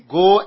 go